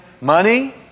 money